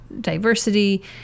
diversity